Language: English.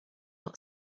not